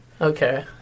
Okay